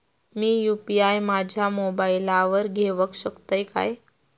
मी UPI माझ्या मोबाईलावर घेवक शकतय काय?